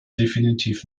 definitiv